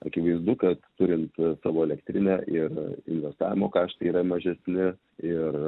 akivaizdu kad turint savo elektrinę ir investavimo kaštai yra mažesni ir